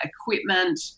equipment